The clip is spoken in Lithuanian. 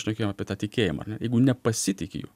šnekėjom apie tą tikėjimą ar ne jeigu nepasitiki juo